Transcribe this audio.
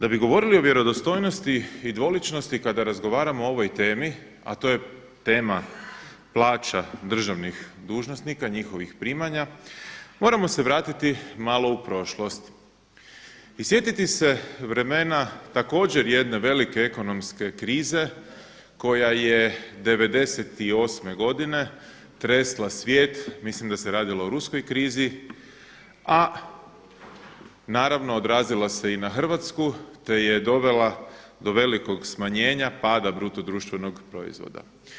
Da bi govorili o vjerodostojnosti i dvoličnosti kada razgovaramo o ovoj temi, a to je tema plaća državnih dužnosnika i njihovih primanja, moramo se vratiti malo u prošlost i sjetiti se vremena također jedne velike ekonomske krize koja je 1998. godine tresla svijet, mislim da se radilo o ruskoj krizi, a naravno odrazilo se i na Hrvatsku te je dovela do velikog smanjenja pada bruto društvenog proizvoda.